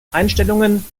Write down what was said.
einstellungen